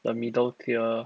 the middle tier